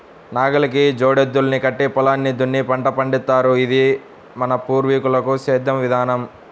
నాగలికి జోడెద్దుల్ని కట్టి పొలాన్ని దున్ని పంట పండిత్తారు, ఇదే మన పూర్వీకుల సేద్దెం విధానం